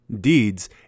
deeds